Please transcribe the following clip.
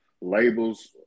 Labels